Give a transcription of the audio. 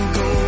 go